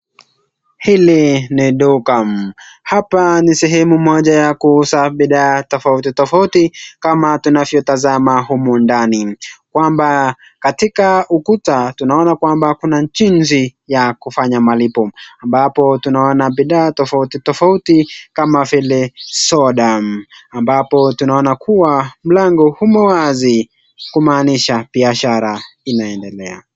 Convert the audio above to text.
Hili ni duka hapa ni sehemu moja ya kuuza bidhaa tofauti tofauti kama tunavyotazama humu ndani kwamba katika ukuta tunaona kwamba kuna jinsi ya kufanya malipo ambapo tunaona bidhaa tofauti tofauti kama vile soda. Ambapo tunaona kuwa mlango umo wazi kumaanisha biashara inaaendelea.